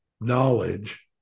knowledge